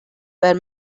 where